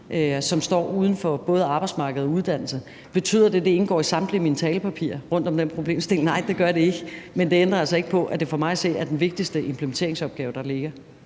som står uden for både arbejdsmarkedet og uddannelserne. Betyder det, at det indgår i samtlige mine talepapirer rundt om den problemstilling? Nej, det gør det ikke. Men det ændrer altså ikke på, at det for mig at se er den vigtigste implementeringsopgave, der ligger.